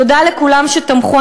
תודה לכולם שתמכו.